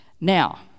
Now